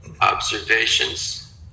observations